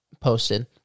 posted